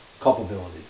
culpability